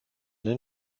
den